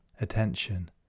Attention